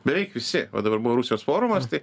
beveik visi o dabar buvo rusijos forumas tai